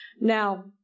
Now